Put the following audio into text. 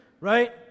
Right